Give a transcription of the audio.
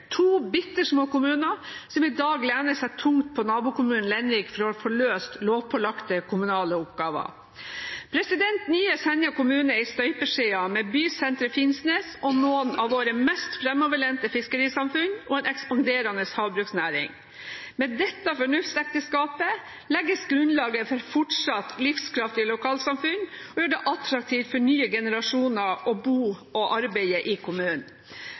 to bittesmå kommuner som i dag lener seg tungt på nabokommunen Lenvik for å få løst lovpålagte kommunale oppgaver. Nye Senja kommune er i støpeskjeen, med bysenteret Finnsnes og noen av våre mest framoverlente fiskerisamfunn og en ekspanderende havbruksnæring. Med dette fornuftsekteskapet legges grunnlaget for fortsatt livskraftige lokalsamfunn, og det gjør det attraktivt for nye generasjoner å bo og arbeide i kommunen.